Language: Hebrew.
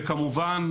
וכמובן,